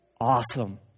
Awesome